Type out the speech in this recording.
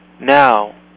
Now